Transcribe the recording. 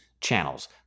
channels